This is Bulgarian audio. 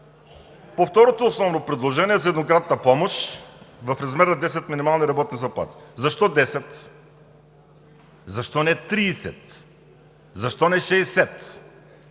По второто основно предложение – за еднократната помощ в размер на 10 минимални работни заплати. Защо 10? Защо не 30? Защо не 60?